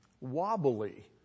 wobbly